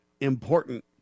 important